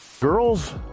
Girls